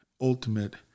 ultimate